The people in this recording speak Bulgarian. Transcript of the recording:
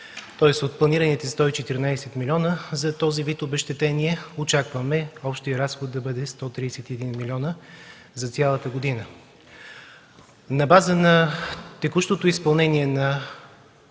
Тоест от планираните 114 милиона за този вид обезщетение очакваме общият разход да бъде 131 милиона за цялата година. На база на текущото изпълнение на